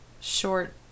short